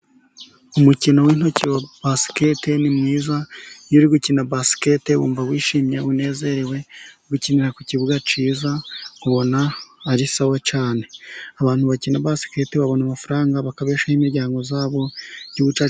Umukino w'intoki wa basikete ni mwiza, iyo uri gukina basikete wumva wishimye unezerewe, gukinira ku kibuga cyiza, ubona ari sawa cyane, abantu bakina basikete babona amafaranga bakoresha n'imiryango yabo, igihugu cyacu kigatera imbere.